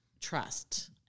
trust